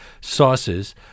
Sauces